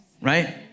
right